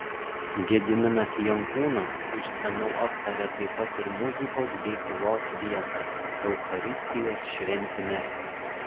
gediminas jankūnas išsamiau aptaria taip pat ir muzikos bei tylos vietą eucharistijos šventime